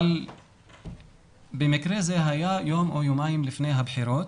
אבל במקרה זה, היה יום או יומיים לפני הבחירות.